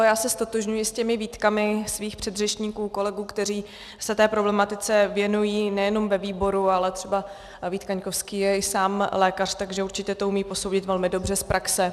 Já se ztotožňují s výtkami svých předřečníků, kolegů, kteří se té problematice věnují nejenom ve výboru, ale třeba Vít Kaňkovský je sám lékař, takže určitě to umí posoudit velmi dobře z praxe.